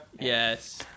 Yes